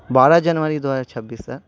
بارہ جنوری دو ہزار چھبیس سر